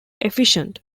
efficient